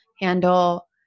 handle